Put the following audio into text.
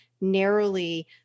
Narrowly